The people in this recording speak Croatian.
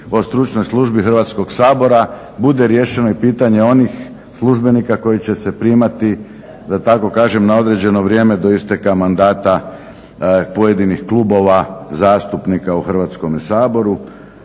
o stručnoj službi Hrvatskog sabora bude riješeno i pitanje onih službenika koji će se primati, da tako kažem, na određeno vrijeme do isteka mandata pojedinih klubova zastupnika u Hrvatskome saboru.